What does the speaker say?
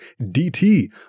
DT